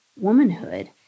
womanhood